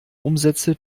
umsätze